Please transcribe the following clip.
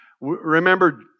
Remember